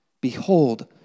behold